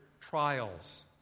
trials